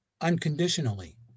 unconditionally